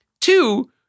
Two